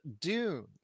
Dune